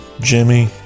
Jimmy